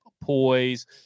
poise